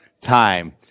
time